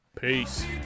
Peace